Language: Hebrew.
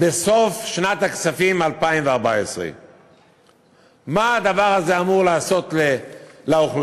בסוף שנת הכספים 2014. מה הדבר הזה אמור לעשות לאוכלוסייה,